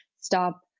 stop